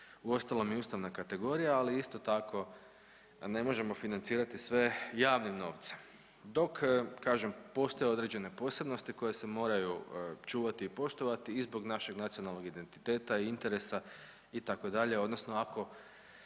uostalom i ustavna kategorija, ali isto tako ne možemo financirati sve javnim novcem. Dok kažem postoje određene posebnosti koje se moraju čuvati i poštovani i zbog našeg nacionalnog identiteta, interesa itd. odnosno ako